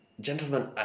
Gentlemen